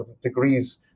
degrees